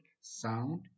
sound